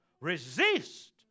Resist